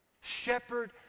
Shepherd